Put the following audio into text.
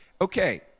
Okay